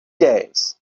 days